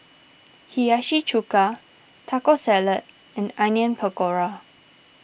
Hiyashi Chuka Taco Salad and Onion Pakora